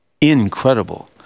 incredible